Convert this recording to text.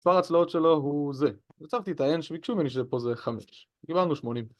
מספר הצלעות שלו הוא זה. יצרתי את הN שבקשו ממני שפה זה חמש קיבלנו שמונים